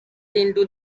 into